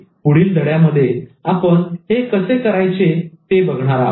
पुढील धड्यांमध्ये आपण हे कसे करायचे ते बघणार आहोत